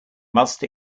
must